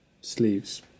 sleeves